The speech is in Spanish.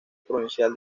provincial